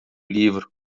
livro